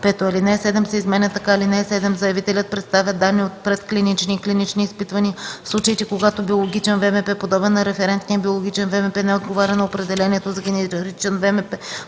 5. Алинея 7 се изменя така: „(7) Заявителят представя данни от предклинични и клинични изпитвания, в случаите когато биологичен ВМП, подобен на референтния биологичен ВМП, не отговаря на определението за генеричен ВМП